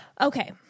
okay